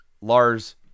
Lars